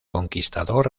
conquistador